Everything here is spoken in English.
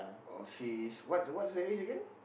or she is what what is her age again